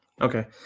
Okay